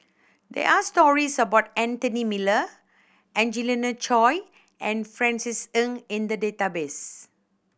there are stories about Anthony Miller Angelina Choy and Francis Ng in the database